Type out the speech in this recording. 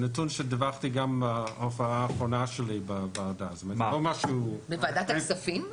זה דיון שדיווחתי בהופעה האחרונה שלי בוועדה -- בוועדת הכספים?